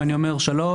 אם אני אומר שלום,